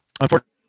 unfortunately